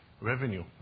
revenue